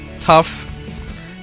tough